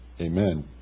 Amen